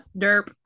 Derp